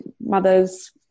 mothers